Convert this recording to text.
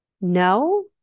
No